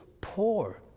poor